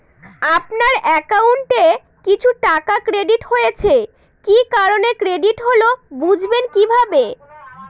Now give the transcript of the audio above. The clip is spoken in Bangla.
আপনার অ্যাকাউন্ট এ কিছু টাকা ক্রেডিট হয়েছে কি কারণে ক্রেডিট হল বুঝবেন কিভাবে?